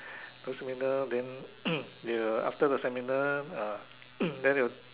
go seminar then after the seminar then they will